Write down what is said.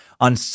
On